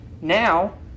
now